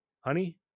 Honey